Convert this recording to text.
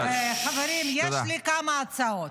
חברים, יש לי כמה הצעות.